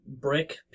brick